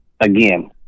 again